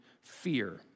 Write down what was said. fear